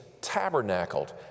tabernacled